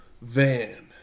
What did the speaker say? Van